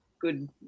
good